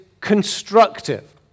constructive